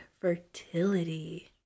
Fertility